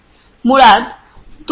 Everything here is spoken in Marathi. मुळात दूध एक नाशवंत उत्पादन आहे